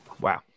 Wow